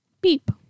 Beep